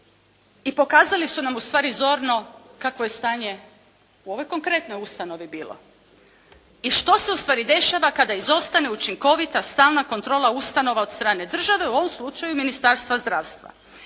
i pokazali su nam ustvari zorno kakvo je stanje u ovoj konkretnoj ustanovi bilo i što se ustvari dešava kada izostane učinkovita stalna kontrola ustanova od strane države u ovom slučaju Ministarstva zdravstva.